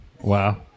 Wow